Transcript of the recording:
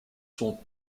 sont